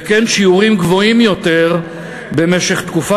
וכן שיעורים גבוהים יותר במשך תקופה